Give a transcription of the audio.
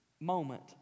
moment